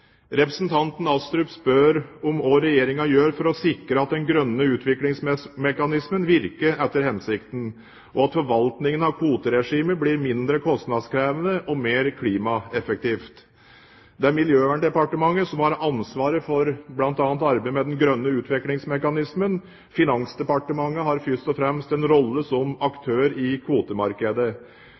Representanten Astrup spør om hva Regjeringen gjør for å sikre at den grønne utviklingsmekanismen virker etter hensikten, og at forvaltningen av kvoteregimet blir mindre kostnadskrevende og mer klimaeffektivt. Det er Miljøverndepartementet som har ansvaret for bl.a. arbeidet med den grønne utviklingsmekanismen. Finansdepartementet har først og fremst en rolle som aktør i kvotemarkedet.